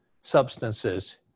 substances